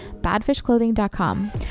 badfishclothing.com